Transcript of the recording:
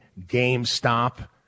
GameStop